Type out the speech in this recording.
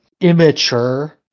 immature